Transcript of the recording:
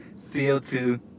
CO2